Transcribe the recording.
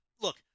Look